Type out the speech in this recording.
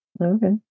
Okay